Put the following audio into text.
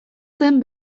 zen